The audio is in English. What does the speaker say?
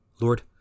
Lord